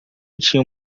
tinha